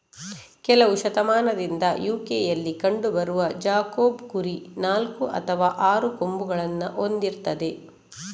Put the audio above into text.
ಕೆಲವು ಶತಮಾನದಿಂದ ಯು.ಕೆಯಲ್ಲಿ ಕಂಡು ಬರುವ ಜಾಕೋಬ್ ಕುರಿ ನಾಲ್ಕು ಅಥವಾ ಆರು ಕೊಂಬುಗಳನ್ನ ಹೊಂದಿರ್ತದೆ